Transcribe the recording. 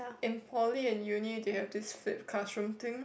in Poly and uni they have this flipped classroom thing